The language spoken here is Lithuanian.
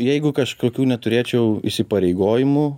jeigu kažkokių neturėčiau įsipareigojimų